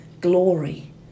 glory